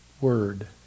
word